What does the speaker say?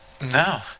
No